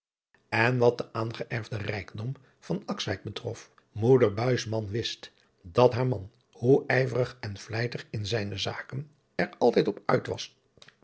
en wat den aangeërfden rijkdom van akswijk betrof moeder buisman wist dat haar man hoe ijverig en vlijtig in zijne zaken er altijd op uit was